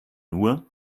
nur